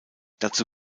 dazu